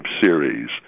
series